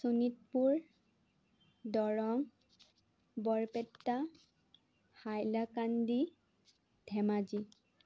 Sonitpur Darrang Barpeta Hailakandi Dhemaji